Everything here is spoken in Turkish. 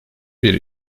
bir